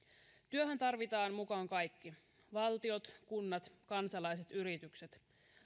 työhön tarvitaan mukaan kaikki valtiot kunnat kansalaiset yritykset